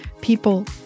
People